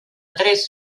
tres